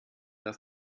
dass